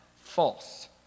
false